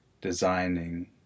designing